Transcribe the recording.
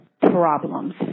problems